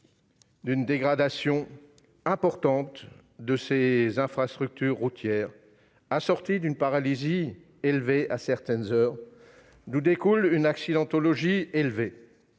une dégradation importante de ses infrastructures routières, assortie d'une paralysie du trafic à certaines heures. Il en découle une accidentologie élevée,